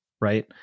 right